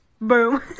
Boom